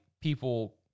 people